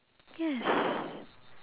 yes